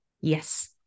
Yes